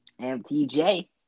MTJ